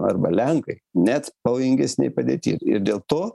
arba lenkai net pavojingesnėj padėty ir dėl to